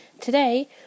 Today